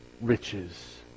riches